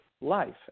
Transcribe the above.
life